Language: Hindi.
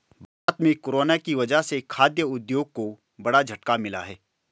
भारत में कोरोना की वजह से खाघ उद्योग को बड़ा झटका मिला है